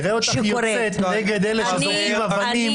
נראה אותך יוצאת נגד אלה שזורקים אבנים